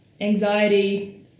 anxiety